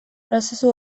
prozesu